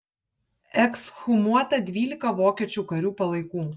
ekshumuota dvylika vokiečių karių palaikų